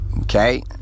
Okay